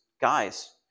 guys